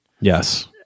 Yes